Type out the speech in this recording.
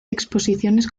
exposiciones